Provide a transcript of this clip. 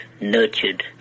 nurtured